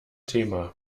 thema